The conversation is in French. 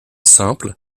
simple